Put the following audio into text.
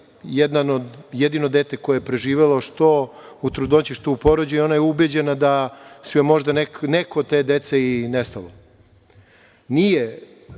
jedino dete koje je preživelo, što u trudnoći, što u porođaju, ona je ubeđena da su joj možda neka od te dece i nestala. Nije